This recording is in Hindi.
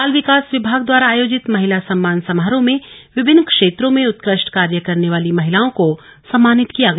बाल विकास विभाग द्वारा आयोजित महिला संम्मान समारोह में विभिन्न क्षेत्रों में उत्कृष्ट कार्य करने वाली महिलाओं को सम्मानित किया गया